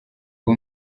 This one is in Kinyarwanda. uwo